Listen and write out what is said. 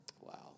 Wow